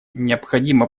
необходимо